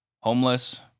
homeless